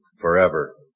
forever